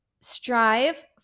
Strive